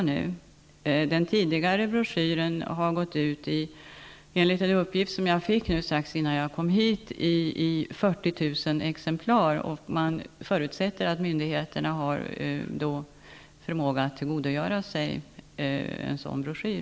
Enligt en uppgift som jag fick strax innan jag kom hit har den tidigare broschyren gått ut i 40 000 exemplar, och jag förutsätter att myndigheterna har förmåga att tillgodogöra sig en sådan broschyr.